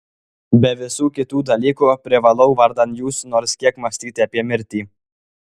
be visų kitų dalykų privalau vardan jūsų nors kiek mąstyti apie mirtį